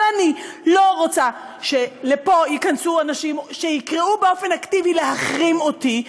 אבל אני לא רוצה שייכנסו לפה אנשים שיקראו באופן אקטיבי להחרים אותי.